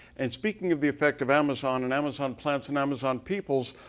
and speaking of the affect of amazon. and amazon plants, and amazon peoples,